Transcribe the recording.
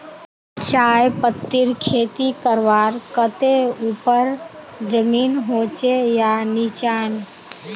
चाय पत्तीर खेती करवार केते ऊपर जमीन होचे या निचान?